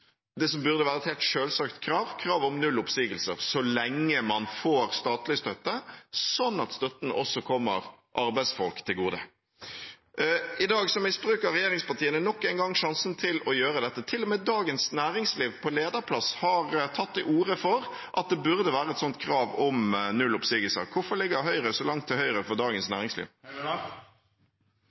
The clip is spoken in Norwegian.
som burde være et helt selvsagt krav – kravet om null oppsigelser så lenge man får statlig støtte, slik at støtten også kommer arbeidsfolk til gode. I dag misbruker regjeringspartiene nok en gang sjansen til å gjøre dette. Til og med Dagens Næringsliv, på lederplass, har tatt til orde for at det burde være et slikt krav om null oppsigelser. Hvorfor ligger Høyre så langt til høyre for Dagens Næringsliv?